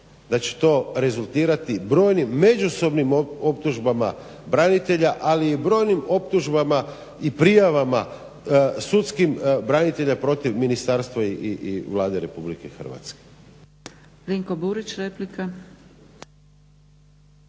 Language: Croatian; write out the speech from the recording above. da će to rezultirati brojim međusobnim optužbama branitelja ali i brojnim optužbama i prijavama sudskim branitelja protiv ministarstva i Vlade RH.